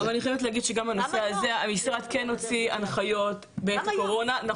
אני חייבת להגיד שגם בנושא הזה המשרד כן הוציא הנחיות בעת הקורונה.